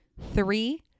Three